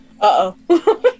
uh-oh